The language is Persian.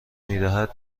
میدهد